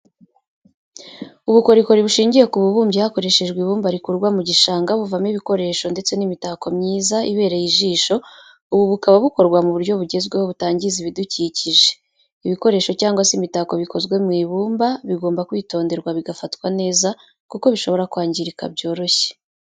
Ubukorikori bushingiye ku bubumbyi hakoreshejwe ibumba rikurwa mu gishanga buvamo ibikoresho ndetse n'imitako myiza ibereye ijisho ubu bukaba bukorwa mu buryo bugezweho butangiza ibidukikije, ibikoresho cyangwa se imitako bikozwe mu ibumba bigomba kwitonderwa bigafatwa neza kuko bishobora kwangirika byoroshye.